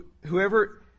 whoever